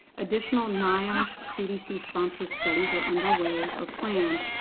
additional niosh cdc sponsored studies are underway or planned,